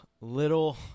Little